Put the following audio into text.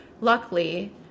luckily